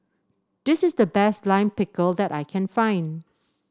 this is the best Lime Pickle that I can find